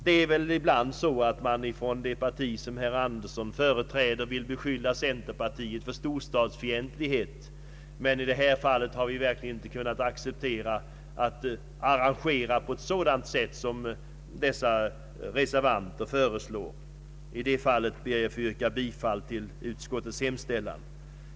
Det parti som herr Birger Andersson företräder vill ibland beskylla centerpartiet för storstadsfientlighet, men i detta fall har vi verkligen inte kunnat acceptera det arrangemang som reservanterna föreslår. Jag ber, herr talman, att på den punkten få yrka bifall till utskottets hemställan.